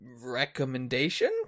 recommendation